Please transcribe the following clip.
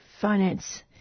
finance